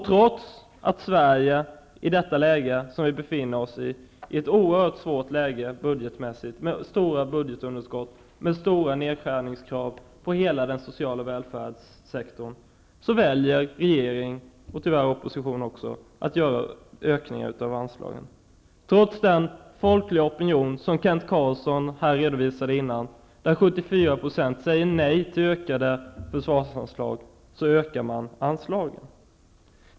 Trots att Sverige befinner sig i ett oerhört svårt läge budgetmässigt, med stora budgetunderskott och stora nedskärningskrav på hela den sociala välfärdssektorn, väljer regering, och tyvärr även opposition, att öka anslagen. Trots den folkliga opinion som Kent Carlsson redovisade här, där 74 % säger nej till ökade försvarsanslag, ökar man anslagen.